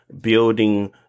building